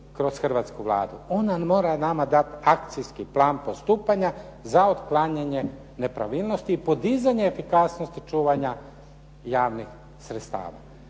kroz hrvatsku Vladu. Ona mora nama dati akcijski plan postupanja za otklanjanje nepravilnosti i podizanje efikasnosti čuvanja javnih sredstava.